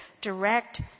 direct